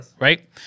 right